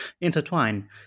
intertwine